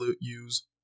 use